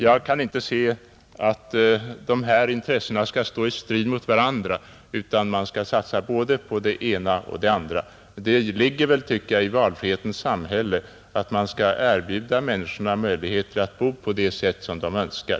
Jag kan inte finna att dessa intressen skulle stå i strid mot varandra, utan jag menar att man skall satsa på både det ena och det andra. Det ligger väl i linje med talet om valfrihetens samhälle att man skall erbjuda människorna möjligheter att bo på det sätt de önskar.